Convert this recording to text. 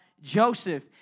Joseph